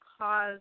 cause